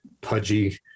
pudgy